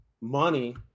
money